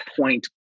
point